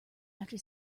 after